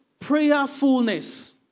prayerfulness